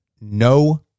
no